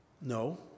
No